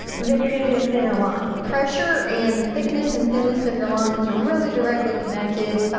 then you're gonna get a thinner line. pressure and the thickness and thinness of your lines are really directly connected.